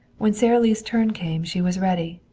when sara lee's turn came she was ready.